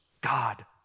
God